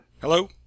Hello